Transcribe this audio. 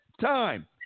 time